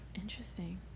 Interesting